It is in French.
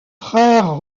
frère